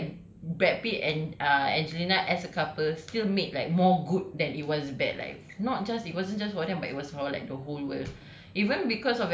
I still feel like brad pitt and uh angelina as a couple still made like more good than it was bad like not just it wasn't just for them but it was like for the whole world